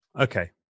Okay